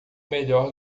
melhor